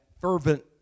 fervent